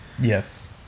yes